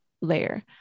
layer